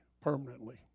permanently